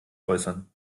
äußern